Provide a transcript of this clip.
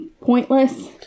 pointless